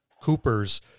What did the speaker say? coopers